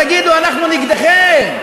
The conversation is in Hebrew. שתגידו: אנחנו נגדכם.